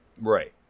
Right